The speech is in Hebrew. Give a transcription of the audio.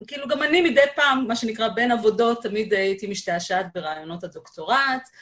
כאילו גם אני מדי פעם, מה שנקרא בין עבודות, תמיד הייתי משתעשעת ברעיונות הדוקטורט.